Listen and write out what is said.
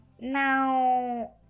now